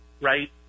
right